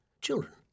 Children